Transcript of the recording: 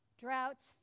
droughts